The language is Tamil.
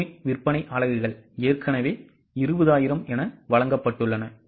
யூனிட் விற்பனை அலகுகள் ஏற்கனவே 20000 என வழங்கப்பட்டுள்ளன